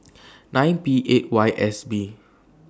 nine P eight Y S B